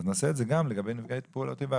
אז נעשה את זה גם לגבי נפגעי פעולות איבה,